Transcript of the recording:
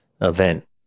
event